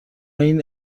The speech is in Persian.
این